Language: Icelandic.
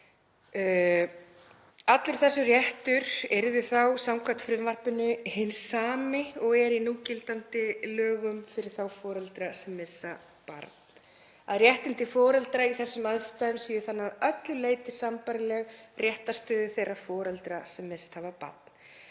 Allur þessi réttur yrði þá samkvæmt frumvarpinu hinn sami og er í núgildandi lögum fyrir þá foreldra sem missa barn; að réttindi foreldra í þessum aðstæðum séu þannig að öllu leyti sambærileg réttarstöðu þeirra foreldra sem misst hafa barn.